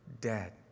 dead